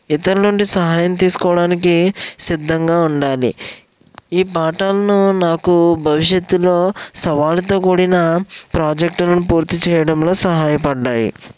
ఇతరుల నుండి సహాయం తీసుకోవడానికి సిద్ధంగా ఉండాలి ఈ పాఠాలను నాకు భవిష్యత్లో సవాలుతో కూడిన ప్రాజెక్ట్ ను పూర్తి చేయడంలో సహాయపడ్డాయి